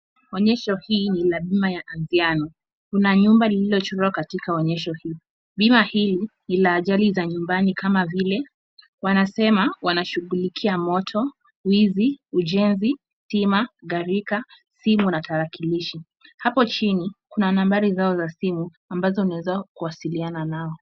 Onyesho hii ni la bima ya Anziano. Kuna nyumba lililochorwa katika onyesho hii. Bima hii ina ajali za nyumbani kama vile, wanasema wanashughulikia moto, wizi, ujenzi, stima, gharika, simu na tarakilishi. Hapo chini kuna nambari zao za simu, ambazo unaweza kuwasiliana nao.